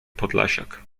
podlasiak